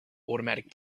automatic